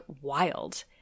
wild